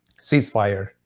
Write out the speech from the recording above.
ceasefire